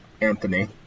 anthony